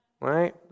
right